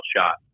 shot